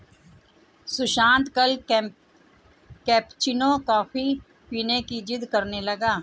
सुशांत कल cappuccino coffee पीने की जिद्द करने लगा